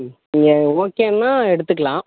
நீங்கள் ஓகேன்னா எடுத்துக்கலாம்